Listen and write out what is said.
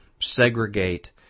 segregate